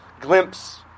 glimpse